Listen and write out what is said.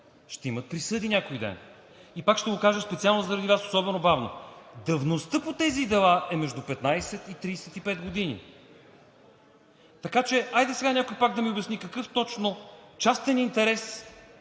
ще имат присъди някой ден. Пак ще го кажа специално заради Вас особено бавно: давността по тези дела е между 15 и 35 години. Така че, хайде сега някой пак да ми обясни какъв точно частен интерес